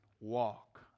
Walk